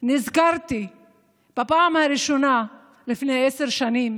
נזכרתי בפעם הראשונה לפני עשר שנים